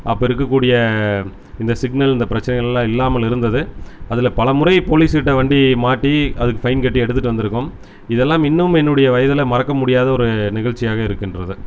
அப்போ இருக்கக்கூடிய இந்த சிக்னல் இந்த பிரச்சினைகள்லாம் இல்லாமல் இருந்தது அதில் பலமுறை போலீஸ் கிட்ட வண்டி மாட்டி அதுக்கு ஃபைன் கட்டி எடுத்துட்டு வந்திருக்கோம் இதெல்லாம் இன்னும் என்னுடைய வயதில் மறக்க முடியாத ஒரு நிகழ்ச்சியாக இருக்கின்றது